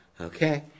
Okay